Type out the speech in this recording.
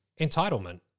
entitlement